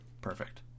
Perfect